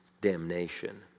damnation